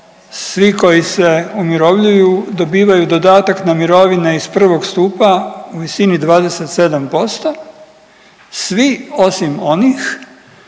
svi koji se umirovljuju dobivaju dodatak na mirovine iz prvog stupa u visini od 27%, svi osim onih